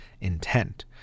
intent